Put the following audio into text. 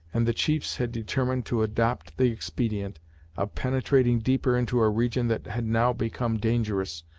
and the chiefs had determined to adopt the expedient of penetrating deeper into a region that had now become dangerous,